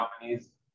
companies